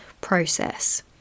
process